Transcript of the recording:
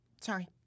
Sorry